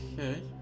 Okay